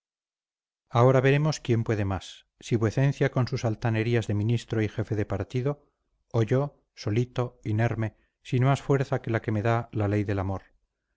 ahora veremos quién puede más si vuecencia con sus altanerías de ministro y jefe de partido o yo solito inerme sin más fuerza que la que me da la ley de amor